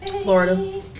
Florida